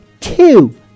two